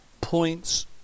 points